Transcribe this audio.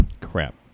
Crap